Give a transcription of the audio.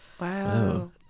Wow